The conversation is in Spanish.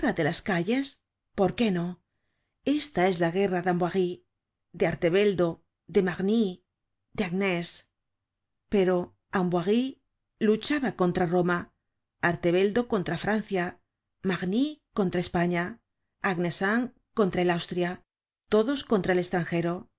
de las calles por qué no esta era la guerra de ambiorix de arteveldo de marnix de agneesens pero ambiorix luchaba contra roma arteveldo contra francia marnix